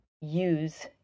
use